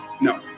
No